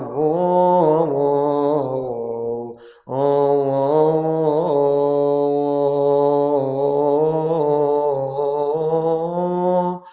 oh oh